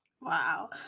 Wow